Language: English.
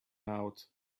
out